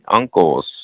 uncles